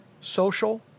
social